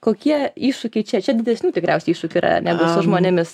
kokie iššūkiai čia čia didesnių tikriausiai iššūkių yra negu su žmonėmis